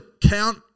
count